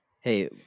Hey